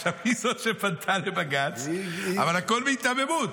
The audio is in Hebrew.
עכשיו, היא זאת שפנתה לבג"ץ, אבל הכול בהיתממות.